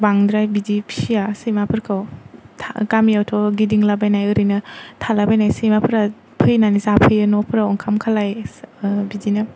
बांद्राय बिदि फिया सैमाफोरखौ था गामियावथ' गिदिंलाबायनाय ओरैनो थालाबायनाय सैमाफ्रा फैनानै जाफैयो न'फोराव ओंखाम खालाय ओ बिदिनो